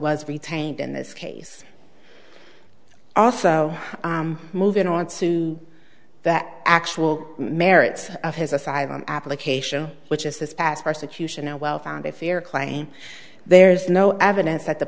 was retained in this case also moving on to that actual merits of his asylum application which is this past persecution a well founded fear claim there's no evidence that the